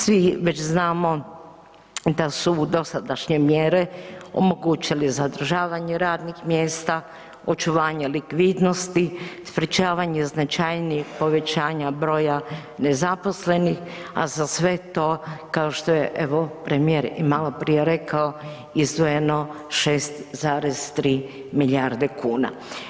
Svi već znamo da su dosadašnje mjere omogućili zadržavanje radnih mjesta, očuvanje likvidnosti, sprječavanje značajnijih povećanja broja nezaposlenih, a za sve to kao što je evo premijer i maloprije rekao izdvojeno 6,3 milijarde kuna.